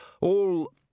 All